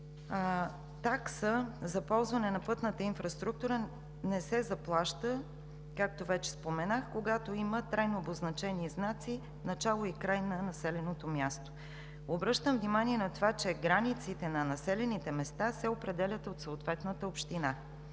Такса за ползване на пътната инфраструктура не се заплаща, както вече споменах, когато има трайно обозначени знаци „Начало“ и „Край“ на населеното място. Обръщам внимание на това, че границите на населените места се определят от съответната община